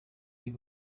uyu